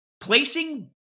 Placing